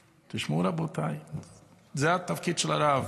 רבותיי, תשמעו, זה התפקיד של הרב.